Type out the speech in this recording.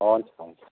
हुन्छ हुन्छ